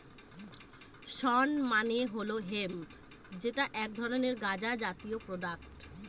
শণ মানে হল হেম্প যেটা এক ধরনের গাঁজা জাতীয় প্রোডাক্ট